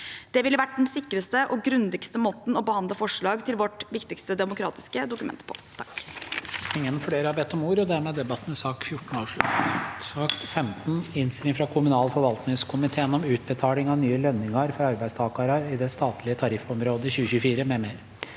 Det ville vært den sikreste og grundigste måten å behandle forslag til vårt viktigste demokratiske dokument på.